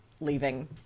leaving